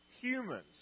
humans